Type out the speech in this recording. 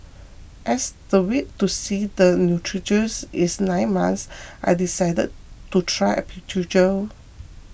as the wait to see the neurologist is nine months I decided to try acupuncture